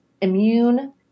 immune